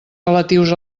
relatius